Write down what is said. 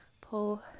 pull